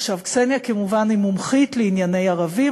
עכשיו, קסניה כמובן היא מומחית לענייני ערבים.